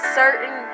certain